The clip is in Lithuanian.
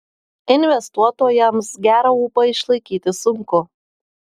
investuotojams gerą ūpą išlaikyti sunku